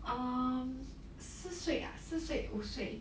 um 四岁 ah 四岁五岁